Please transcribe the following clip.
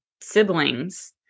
siblings